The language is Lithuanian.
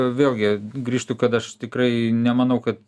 vėlgi grįžtu kad aš tikrai nemanau kad